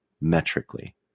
metrically